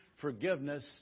forgiveness